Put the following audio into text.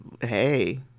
Hey